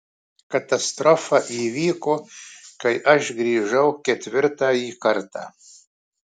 katastrofa įvyko kai aš grįžau ketvirtąjį kartą